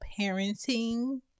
parenting